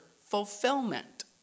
fulfillment